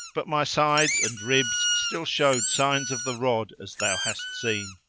but my sides and ribs still showed signs of the rod as thou hast seen.